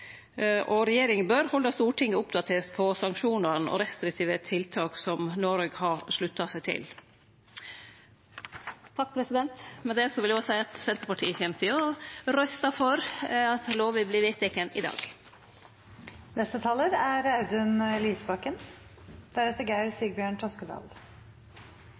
Regjeringa bør halde Stortinget oppdatert om sanksjonar og restriktive tiltak som Noreg har slutta seg til. Med det vil eg òg seie at Senterpartiet kjem til å røyste for at lova vert vedteken i dag. Det er